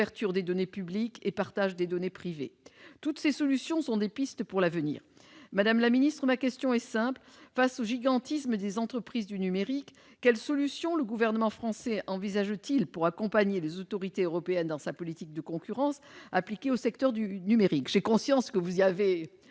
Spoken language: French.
J'ai conscience que vous avez